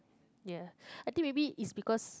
ya I think maybe is because